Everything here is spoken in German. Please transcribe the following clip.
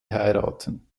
heiraten